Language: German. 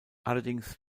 allerdings